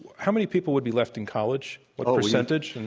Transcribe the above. how many people would be left in college? what percentage?